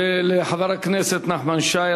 ולחבר הכנסת נחמן שי.